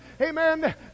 amen